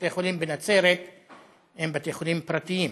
בתי החולים בנצרת הם בתי חולים פרטיים.